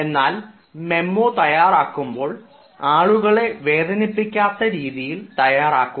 എന്നാൽ മെമ്മോ തയ്യാറാക്കുമ്പോൾ ആളുകളെ വേദനിപ്പിക്കാത്ത രീതിയിൽ തയ്യാറാക്കുക